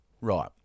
Right